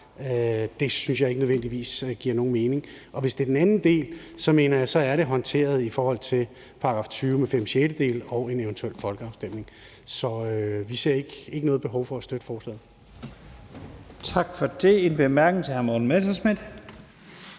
Det synes jeg ikke nødvendigvis giver nogen mening, og hvad angår den anden del, så mener jeg, det er håndteret i forhold til § 20 med fem sjettedele og en eventuel folkeafstemning. Så vi ser ikke noget behov for at støtte forslaget. Kl. 17:52 Første næstformand (Leif